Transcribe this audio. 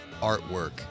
artwork